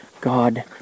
god